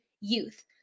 Youth